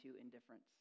indifference